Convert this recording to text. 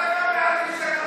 אתה גם בעד, כיבוש,